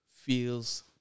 feels